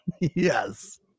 Yes